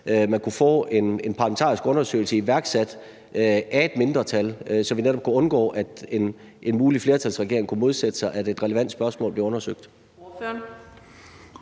man kunne få en parlamentarisk undersøgelse iværksat af et mindretal, så vi netop kunne undgå, at en mulig flertalsregering kunne modsætte sig, at et relevant spørgsmål blev undersøgt?